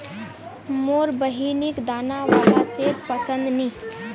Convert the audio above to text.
मोर बहिनिक दाना बाला सेब पसंद नी